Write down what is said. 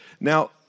Now